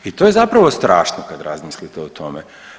I to je zapravo strašno kad razmislite o tome.